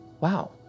wow